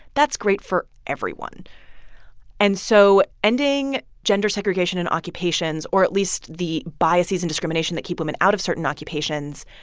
that's great for everyone and so ending gender segregation in occupations, or at least the biases and discrimination that keep women out of certain occupations,